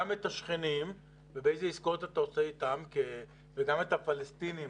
את השכנים ואיזה עסקאות אתה עושה איתם וגם את הפלסטינים,